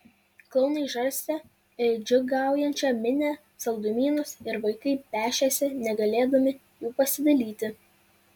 klounai žarstė į džiūgaujančią minią saldumynus ir vaikai pešėsi negalėdami jų pasidalyti